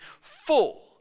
full